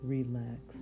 Relax